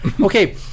Okay